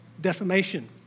defamation